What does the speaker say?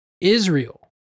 Israel